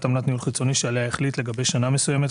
עמלת ניהול חיצוני שעליה החליט לגבי שנה מסוימת,